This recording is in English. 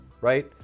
right